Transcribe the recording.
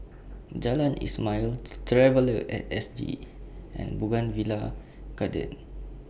Jalan Ismail Traveller At S G and Bougainvillea Garden